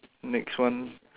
next one